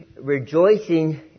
rejoicing